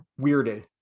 weirded